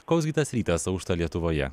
koks gi tas rytas aušta lietuvoje